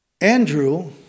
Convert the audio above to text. Andrew